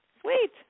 sweet